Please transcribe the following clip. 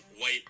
white